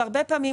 הרבה פעמים,